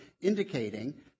indicating